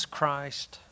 Christ